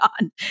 on